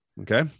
Okay